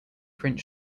print